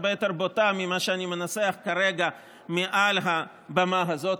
יותר קשה והרבה יותר בוטה ממה שאני מנסח כרגע מעל הבמה הזאת.